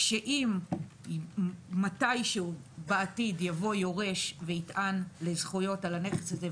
כשאם מתישהו בעתיד יבוא יורש ויטען לזכויות על הנכס הזה,